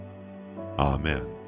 Amen